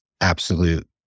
absolute